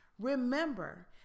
Remember